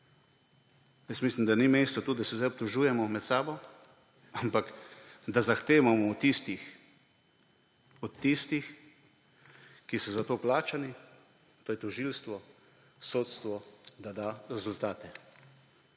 mislim, da ni mesto tu, da se zdaj obtožujemo med sabo, ampak da zahtevamo od tistih, od tiskih, ki so za to plačani, to je tožilstvo, sodstvo, da dajo rezultate.